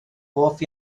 hoff